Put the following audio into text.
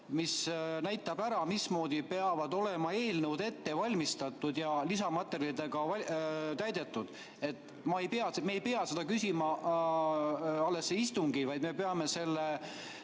mis näitab ära, mismoodi peavad olema eelnõud ette valmistatud ja lisamaterjalidega täidetud. Me ei pea seda küsima alles istungil, vaid me peame